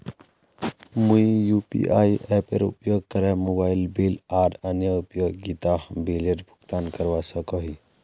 मुई यू.पी.आई एपेर उपयोग करे मोबाइल बिल आर अन्य उपयोगिता बिलेर भुगतान करवा सको ही